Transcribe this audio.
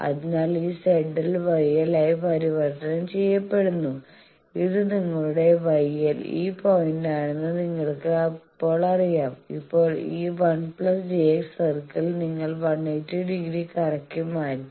അതിനാൽ ഈ ZL YL ആയി പരിവർത്തനം ചെയ്യപ്പെടുന്നു ഇത് നിങ്ങളുടെ YL ഈ പോയിന്റാണെന്ന് നിങ്ങൾക്ക് ഇപ്പോൾ അറിയാം ഇപ്പോൾ ഈ 1 j X സർക്കിൾ നിങ്ങൾ 180 ഡിഗ്രി കറക്കി മാറ്റി